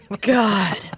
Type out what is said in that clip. God